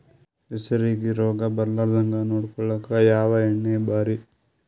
ಹೆಸರಿಗಿ ರೋಗ ಬರಲಾರದಂಗ ನೊಡಕೊಳುಕ ಯಾವ ಎಣ್ಣಿ ಭಾರಿ?